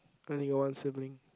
I only got one sibling